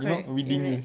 correct ya right